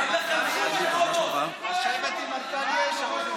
אין לכם שום עקרונות.